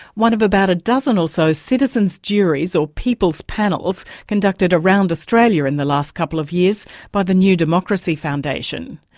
one of about a dozen or so citizens' juries or people's panels conducted around australia in the last couple of years by the newdemocracy foundation.